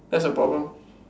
that's the problem